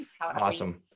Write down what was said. Awesome